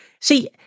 See